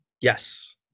yes